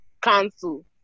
cancel